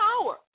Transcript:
power